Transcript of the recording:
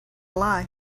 lie